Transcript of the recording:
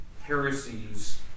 heresies